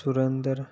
Surendra